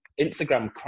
instagram